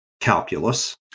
calculus